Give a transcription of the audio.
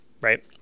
right